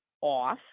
off